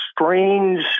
strange